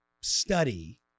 study